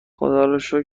خداروشکر